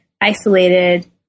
isolated